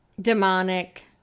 demonic